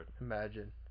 Imagine